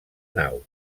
nau